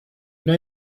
know